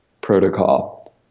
protocol